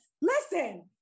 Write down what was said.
listen